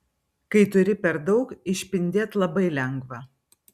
kai turi per daug išpindėt labai lengva